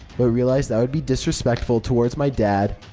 but realized that would be disrespectful towards my dad.